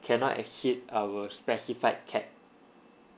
cannot exceed our specified cap